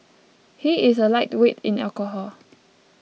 he is a lightweight in alcohol